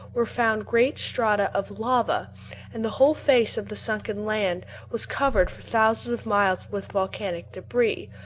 were found great strata of lava and the whole face of the sunken land was covered for thousands of miles with volcanic debris,